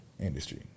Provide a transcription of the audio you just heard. industry